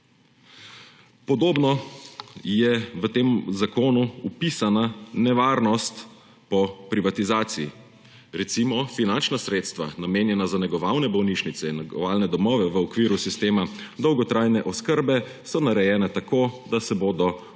Podobno je v tem zakonu vpisana nevarnost po privatizaciji. Recimo, finančna sredstva, namenjena za negovalne bolnišnice in negovalne domove v okviru sistema dolgotrajne oskrbe, so narejene tako, da se bodo